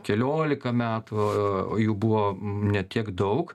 keliolika metų o o jų buvo ne tiek daug